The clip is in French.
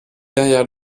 derrière